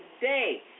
today